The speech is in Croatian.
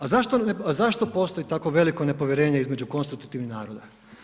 A zašto postoji tako veliko nepovjerenje između konstitutivnih naroda?